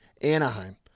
Anaheim